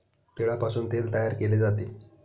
तिळापासून तेल तयार केले जाते